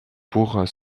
pour